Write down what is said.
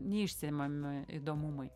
neišsemiami įdomumai